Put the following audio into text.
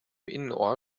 innenohr